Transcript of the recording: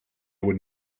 when